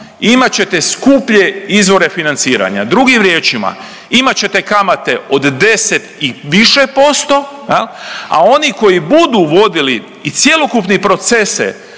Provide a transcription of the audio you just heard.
imat ćete skuplje izvore financiranja. Drugim riječima, imat ćete kamate od 10 i više posto, a oni koji budu vodili i cjelokupne procese